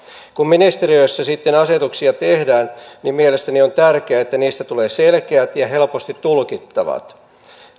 kun ministeriöissä sitten asetuksia tehdään niin mielestäni on tärkeää että niistä tulee selkeät ja helposti tulkittavat